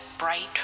bright